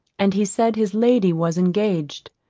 and he said his lady was engaged,